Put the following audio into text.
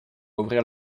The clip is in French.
ouvrir